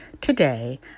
Today